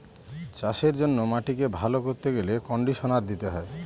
চাষের জন্য মাটিকে ভালো করতে গেলে কন্ডিশনার দিতে হয়